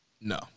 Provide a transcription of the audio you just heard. No